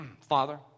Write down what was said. Father